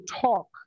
talk